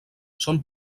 són